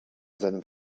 seinem